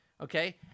okay